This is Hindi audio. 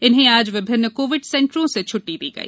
इन्हें आज विभिन्न कोविड सेंटरों से छूट्टी दी गई